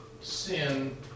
sin